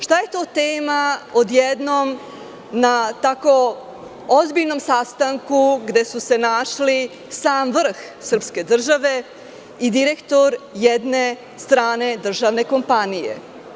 Šta je to tema od jednom na tako ozbiljnom sastanku, gde su se našli sam vrh srpske države i direktor jedne strane državne kompanije?